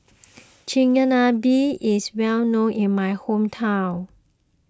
Chigenabe is well known in my hometown